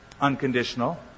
Unconditional